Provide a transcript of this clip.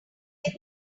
get